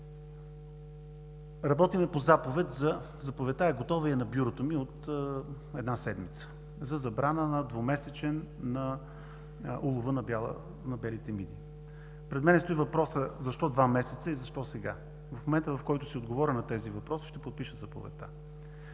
работим по заповед. Заповедта е готова и е на бюрото ми от една седмица за двумесечна забрана на улова на белите миди. Пред мен стои въпросът: защо два месеца и защо сега? В момента, в който си отговоря на тези въпроси, ще подпиша заповедта.